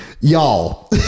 Y'all